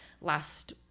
last